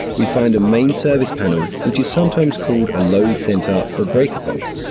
we find a main service panel which is sometimes called a load centre or breaker box.